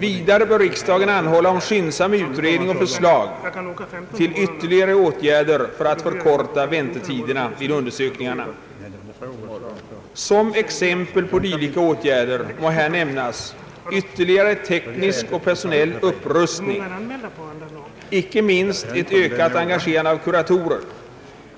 Vidare bör riksdagen anhålla om skyndsam utredning och förslag till ytterligare åtgärder för att förkorta väntetiderna vid undersökningarna. Som exempel på dylika åtgärder må här nämnas ytterligare teknisk och personell upprustning, icke minst ett ökat engagerande av kuratorer